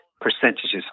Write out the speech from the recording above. percentages